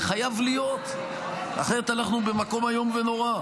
זה חייב להיות, אחרת אנחנו במקום איום ונורא.